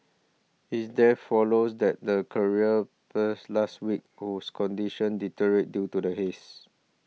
his death follows that the career purse last week whose condition deteriorated due to the haze